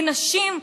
ונשים,